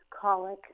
Colic